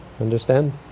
Understand